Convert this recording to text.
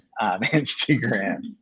instagram